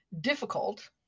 difficult